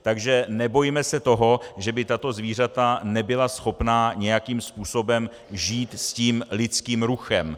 Takže nebojme se toho, že by tato zvířata nebyla schopná nějakým způsobem žít s tím lidským ruchem.